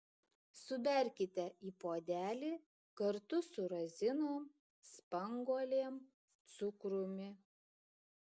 suberkite į puodelį kartu su razinom spanguolėm cukrumi